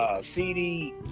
CD